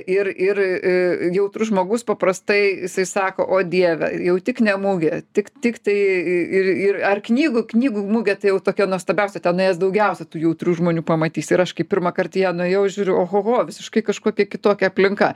ir ir i jautrus žmogus paprastai jisai sako o dieve jau tik ne mugė tik tik tai ir ir ar knygų knygų mugė tai jau tokia nuostabiausia ten nuėjęs daugiausia tų jautrių žmonių pamatys ir aš kai pirmą kart į ją nuėjau žiūriu ohoho visiškai kažkokia kitokia aplinka